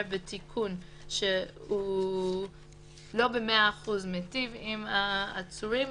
בתיקון שהוא לא ב-100% מיטיב עם העצורים.